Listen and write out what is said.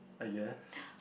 I guess